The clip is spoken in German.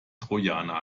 trojaner